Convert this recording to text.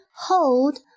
hold